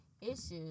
Issues